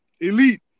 Elite